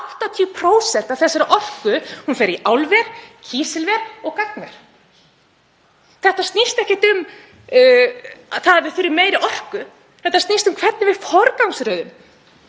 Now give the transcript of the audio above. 80% af þessari orku fer í álver, kísilver og gagnaver. Þetta snýst ekkert um að við þurfum meiri orku. Þetta snýst um hvernig við forgangsröðum.